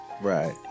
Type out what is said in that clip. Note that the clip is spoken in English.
Right